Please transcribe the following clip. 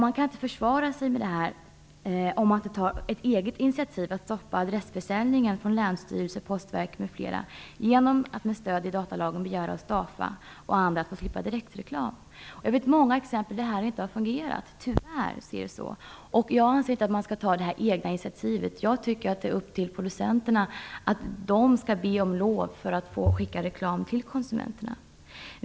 Man kan inte försvara sig om man inte tar eget initiativ till att stoppa adressförsäljning via länsstyrelser, Postverket m.fl. genom att med stöd i datalagen begära hos Dafa och andra att få slippa direktreklam. Jag vet att det i många fall tyvärr inte fungerat. Jag anser inte att man behöver ta eget initiativ, utan det är upp till producenterna att be om lov att få skicka reklam till konsumenterna.